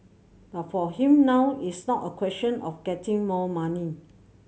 but for him now it's not a question of getting more money